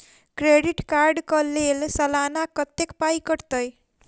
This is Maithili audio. क्रेडिट कार्ड कऽ लेल सलाना कत्तेक पाई कटतै?